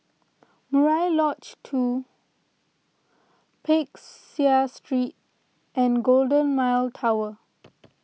Murai Lodge two Peck Seah Street and Golden Mile Tower